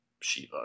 Shiva